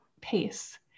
pace